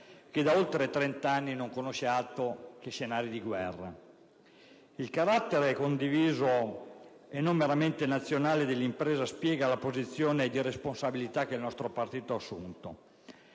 Il carattere condiviso e non meramente nazionale dell'impresa spiega la posizione di responsabilità assunta dal nostro partito, che,